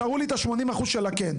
תראו לי את ה-80% של הכן.